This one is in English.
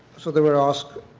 so they were asked